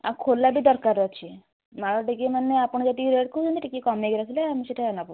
ଆଉ ଖୋଲା ବି ଦରକାର ଅଛି ମାଳ ଟିକିଏ ମାନେ ଆପଣ ଯେତିକି ରେଟ୍ କହୁଛନ୍ତି ଟିକିଏ କମେଇକି କହିଲେ ଆମେ ସେଇଟା ନେବୁ